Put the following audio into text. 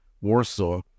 Warsaw